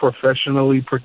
professionally